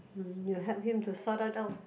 mm you help him to sort that out